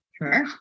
sure